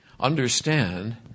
understand